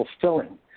fulfilling